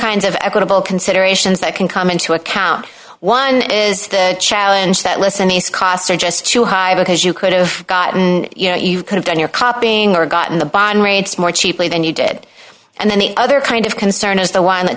kinds of equitable considerations that can come into account one is the challenge that listen these costs are just too high because you could've gotten you know you could've done your copying or gotten the bond rates more cheaply than you did and then the other kind of concern is the one that